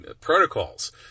protocols